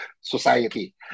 Society